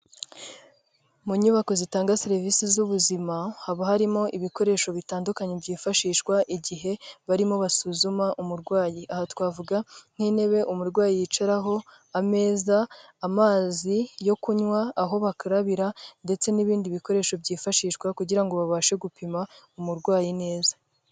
Mu nyubako zitanga serivisi z'ubuzima haba harimo ibikoresho bitandukanye byifashishwa igihe barimo basuzuma umurwayi, aha twavuga nk'intebe umurwayi yicaraho, ameza, amazi yo kunywa, aho bakarabira ndetse n'ibindi bikoresho byifashishwa kugirango babashe gupima umurwayi neza.